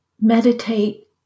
Meditate